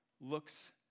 looks